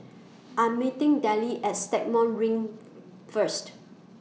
I Am meeting Dellie At Stagmont Ring First